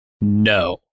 No